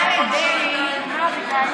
אין אקמו.